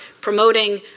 promoting